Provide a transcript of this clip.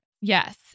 Yes